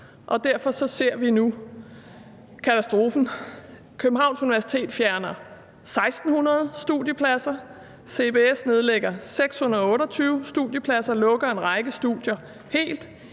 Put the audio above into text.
og nu ser vi katastrofen. Københavns Universitet fjerner 1.600 studiepladser, CBS nedlægger 628 studiepladser og lukker en række studier helt,